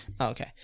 Okay